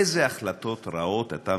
איזה החלטות רעות אתה מקבל,